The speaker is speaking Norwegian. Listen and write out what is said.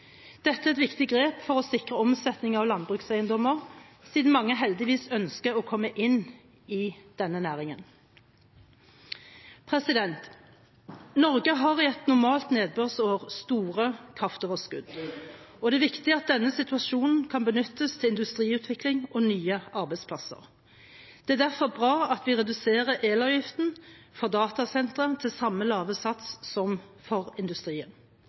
Dette er et viktig grep for å sikre omsetning av landbrukseiendommer, siden mange heldigvis ønsker å komme inn i denne næringen. Norge har i et normalt nedbørsår store kraftoverskudd, og det er viktig at denne situasjonen kan benyttes til industriutvikling og nye arbeidsplasser. Det er derfor bra at vi reduserer elavgiften for datasentre til samme lave sats som for industrien.